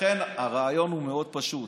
לכן הרעיון הוא מאוד פשוט: